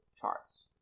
charts